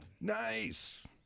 Nice